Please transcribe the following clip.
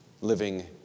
living